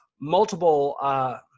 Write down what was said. multiple